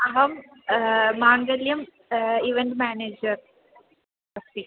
अहं माङ्गल्यम् event manager अस्ति